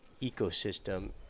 ecosystem